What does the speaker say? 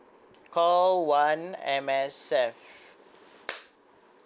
call one M_S_F